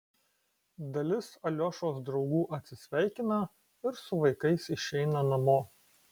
dalis aliošos draugų atsisveikina ir su vaikais išeina namo